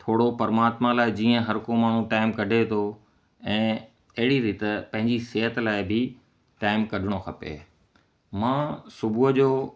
थोरो परमात्मा लाइ जीअं हर को माण्हू कढे थो ऐं अहिड़ी रीति पंहिंजी सिहत लाइ बि टाइम कढणो खपे मां सुबुह जो